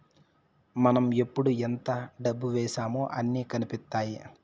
మనం ఎప్పుడు ఎంత డబ్బు వేశామో అన్ని కనిపిత్తాయి